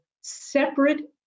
separate